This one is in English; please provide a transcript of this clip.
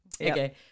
Okay